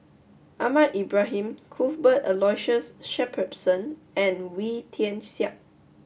Ahmad Ibrahim Cuthbert Aloysius Shepherdson and Wee Tian Siak